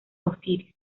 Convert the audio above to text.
osiris